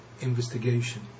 investigation